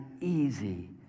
easy